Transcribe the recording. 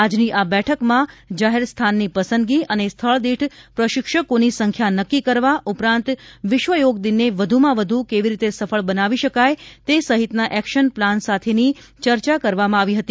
આજની આ બેઠકમાં જાહેરસ્થાનની પસંદગી અને સ્થળદીઠ પ્રશિક્ષકોની સંખ્યા નક્કી કરવા ઉપરાંત વિશ્વ યોગ દિનને વધુમાં વધુ કેવી રીતે સફળ બનાવી શકાય તે સહિતના એકશન પ્લાન સાથેની ચર્ચા કરવામાં આવી હતી